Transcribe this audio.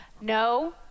no